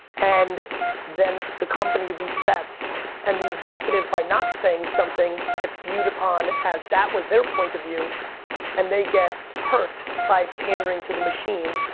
and then the company resets and the executive, by not saying something, gets viewed upon as, that was their point of view and they get hurt by pandering to the machine,